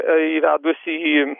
įvedus į